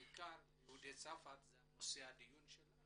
בעיקר ליהודי צרפת שהם נושא הדיון שלנו.